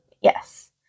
Yes